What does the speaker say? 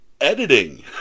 editing